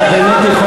אתה באמת יכול